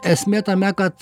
esmė tame kad